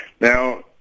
Now